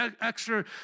extra